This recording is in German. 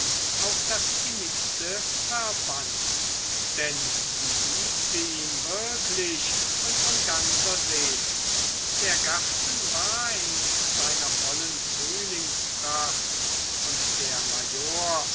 auf das innigste verband denn sie liebte ihn wirklich und von ganzer seele der garten war in seiner vollen frühlingspracht und der